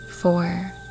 four